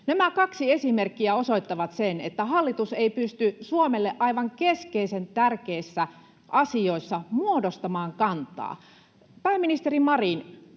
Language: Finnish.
Nämä kaksi esimerkkiä osoittavat sen, että hallitus ei pysty Suomelle aivan keskeisen tärkeissä asioissa muodostamaan kantaa. Pääministeri Marin: